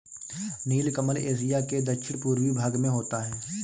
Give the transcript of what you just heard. नीलकमल Asia के दक्षिण पूर्वी भाग में होता है